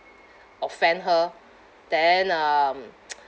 offend her then um